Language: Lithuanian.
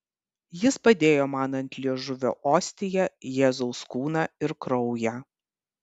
jis padėjo man ant liežuvio ostiją jėzaus kūną ir kraują